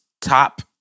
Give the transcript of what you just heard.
top